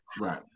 Right